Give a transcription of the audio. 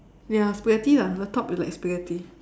ya spaghetti lah the top is like spaghetti